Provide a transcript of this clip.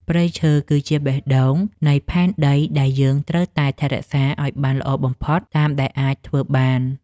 ព្រៃឈើ គឺជាបេះដូងនៃផែនដីដែលយើងត្រូវតែថែរក្សាឱ្យបានល្អបំផុតតាមដែលអាចធ្វើបាន។